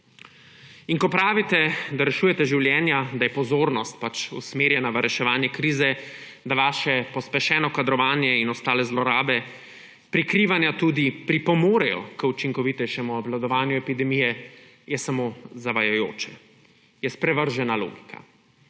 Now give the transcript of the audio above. In ko pravite, da rešujete življenja, da je pozornost pač usmerjena v reševanje krize, da vaše pospešeno kadrovanje in ostale zlorabe, tudi prikrivanja pripomorejo k učinkovitejšemu obvladovanju epidemije, je samo zavajajoče, je sprevržena logika,